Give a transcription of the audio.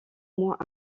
moins